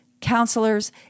counselors